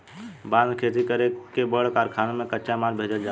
बांस के खेती कर के बड़ कारखाना में कच्चा माल भेजल जाला